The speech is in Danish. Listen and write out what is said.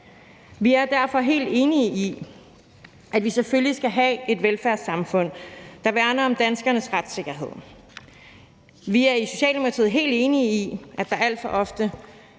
Vi er derfor helt enige i, at vi selvfølgelig skal have et velfærdssamfund, der værner om danskernes retssikkerhed. Vi er i Socialdemokratiet helt enige i, at der alt for ofte